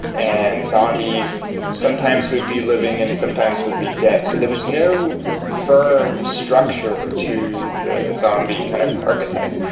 and zombies sometimes would be living and sometimes would be dead. so there was no firm structure to the zombie kind of archetype.